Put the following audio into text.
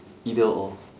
either or